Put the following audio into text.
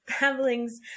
babblings